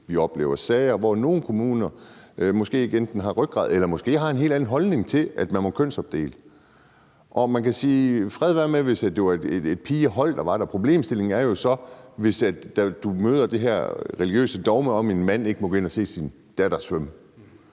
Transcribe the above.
vi oplever sager, hvor nogle kommuner måske ikke har rygrad eller måske har en helt anden holdning til, at man må kønsopdele, og man kan sige, at fred være med det, hvis det er et pigehold, der er der. Problemstillingen er jo så, hvis du møder det her religiøse dogme om, at en mand ikke må gå ind og se sin datter svømme.